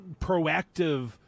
proactive